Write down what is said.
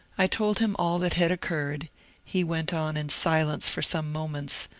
i told him all that had occurred he went on in silence for some moments,